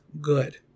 good